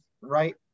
right